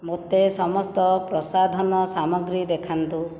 ମୋତେ ସମସ୍ତ ପ୍ରସାଧନ ସାମଗ୍ରୀ ଦେଖାନ୍ତୁ